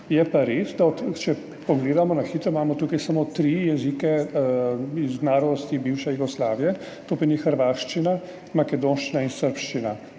Je pa res, če pogledamo na hitro, da imamo tukaj samo tri jezike iz narodnosti bivše Jugoslavije, to pomeni hrvaščina, makedonščina in srbščina.